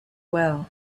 well